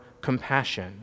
compassion